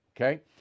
Okay